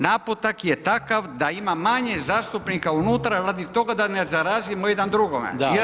Naputak je takav da ima manje zastupnika unutra radi toga da se zarazimo jedan drugoga.